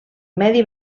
medi